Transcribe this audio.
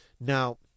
Now